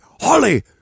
Holly